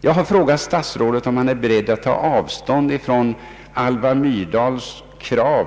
Jag har frågat statsrådet Carlsson, om han är beredd att ta avstånd från statsrådet Alva Myrdals krav